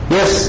Yes